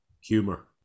humor